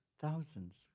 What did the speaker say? thousands